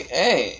hey